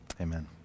Amen